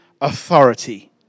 authority